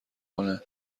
کنه